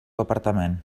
apartament